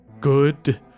good